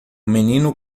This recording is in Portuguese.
menino